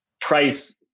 price